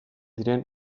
diren